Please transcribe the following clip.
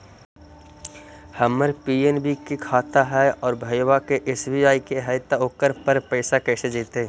हमर पी.एन.बी के खाता है और भईवा के एस.बी.आई के है त ओकर पर पैसबा कैसे जइतै?